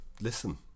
listen